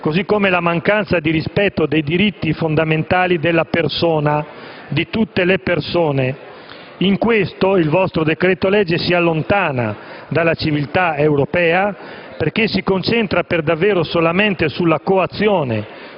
così come la mancanza di rispetto dei diritti fondamentali della persona, di tutte le persone. In questo il vostro decreto-legge si allontana dalla civiltà europea perché si concentra per davvero solamente sulla coazione,